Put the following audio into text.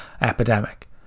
epidemic